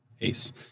ace